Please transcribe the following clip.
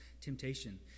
temptation